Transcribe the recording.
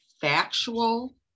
factual